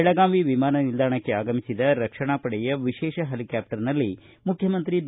ಬೆಳಗಾವಿ ವಿಮಾನ ನಿಲ್ದಾಣಕ್ಕೆ ಆಗಮಿಸಿದ ರಕ್ಷಣಾ ಪಡೆಯ ವಿಶೇಷ ಹೆಲಿಕ್ಕಾಪ್ವರ್ನಲ್ಲಿ ಮುಖ್ಯಮಂತ್ರಿ ಬಿ